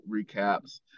recaps